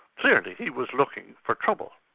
clearly he was looking for trouble,